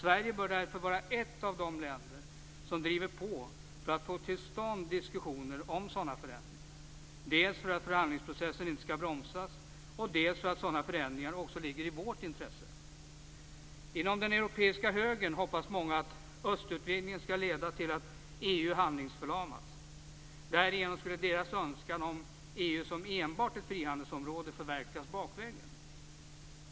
Sverige bör därför vara ett av de länder som driver på för att få till stånd diskussioner om sådana förändringar, dels för att förhandlingsprocessen inte skall bromsas, dels för att sådana förändringar också ligger i vårt intresse. Inom den europeiska högern hoppas många att östutvidgningen skall leda till att EU handlingsförlamas. Därigenom skulle deras önskan om EU som enbart ett frihandelsområde förverkligas bakvägen.